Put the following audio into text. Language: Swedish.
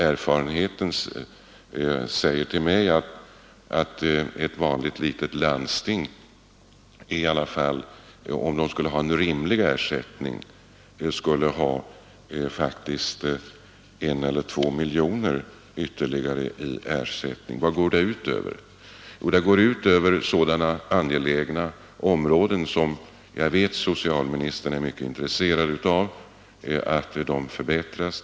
Erfarenheten säger mig att ett vanligt landsting, om det skulle ha rimlig ersättning, faktiskt borde få ytterligare en eller två miljoner i anslag. Vad går detta ut över? Jo det går ut över sådana angelägna områden där jag vet att socialministern är mycket intresserad av att det blir förbättringar.